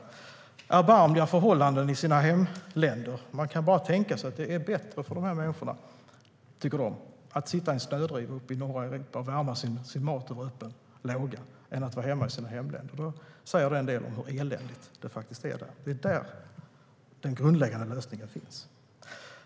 De har erbarmliga förhållanden i sina hemländer. De tycker att det är bättre att sitta i en snödriva uppe i norr och värma sin mat över öppen låga än att vara hemma i sina hemländer. Det säger en del om hur eländigt det faktiskt är där. Det är där den grundläggande lösningen behövs.